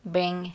Bring